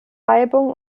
reibung